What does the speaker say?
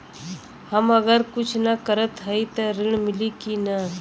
हम अगर कुछ न करत हई त ऋण मिली कि ना?